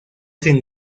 sin